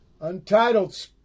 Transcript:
untitled